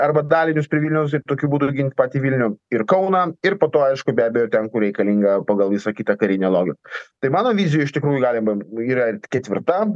arba dalinius prie vilniaus ir tokiu būdu ginti patį vilnių ir kauną ir po to aišku be abejo ten kur reikalinga pagal visą kitą karinę logiką tai mano vizijoj iš tikrųjų galima yra ir ketvirta